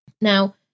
Now